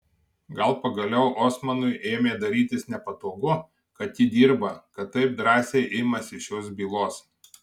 gal pagaliau osmanui ėmė darytis nepatogu kad ji dirba kad taip drąsiai imasi šios bylos